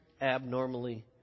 abnormally